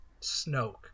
Snoke